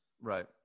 Right